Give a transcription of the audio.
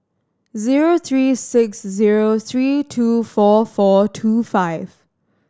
zero three six zero three two four four two five